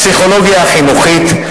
הפסיכולוגיה החינוכית,